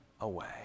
away